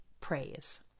praise